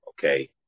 Okay